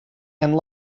and